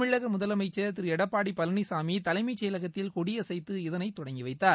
தமிழக முதலமைச்சர் திரு எடப்பாடி பழனிசாமி தலைமை செயலகத்தில் கொடியசைத்து இதளை தொடங்கி வைத்தார்